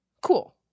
cool